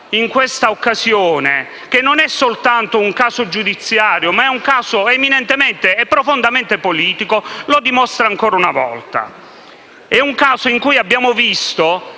in questa occasione, che non è soltanto un caso giudiziario, ma è eminentemente e profondamente politico, lo dimostra ancora una volta. È un caso in cui abbiamo visto